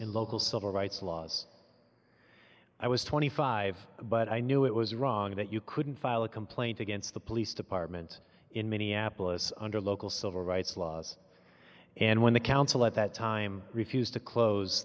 in local civil rights laws i was twenty five but i knew it was wrong that you couldn't file a complaint against the police department in minneapolis under local civil rights laws and when the council at that time refused to close